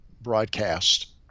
broadcast